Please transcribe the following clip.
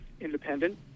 independent